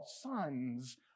sons